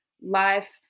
life